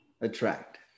attract